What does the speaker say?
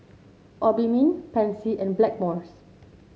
Obimin Pansy and Blackmores